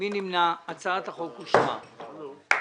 הצבעה בעד פה אחד הצעת חוק לתיקון פקודת מסי העירייה ומסי